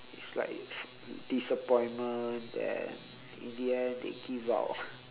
it's like disappointment then in the end they give up